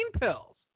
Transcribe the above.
pills